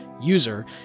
user